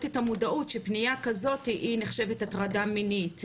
את המודעות שפניה כזאת היא נחשבת הטרדה מינית?